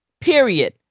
Period